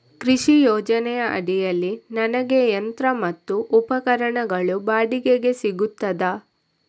ಕೃಷಿ ಯೋಜನೆ ಅಡಿಯಲ್ಲಿ ನನಗೆ ಯಂತ್ರ ಮತ್ತು ಉಪಕರಣಗಳು ಬಾಡಿಗೆಗೆ ಸಿಗುತ್ತದಾ?